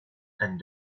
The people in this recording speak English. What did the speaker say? and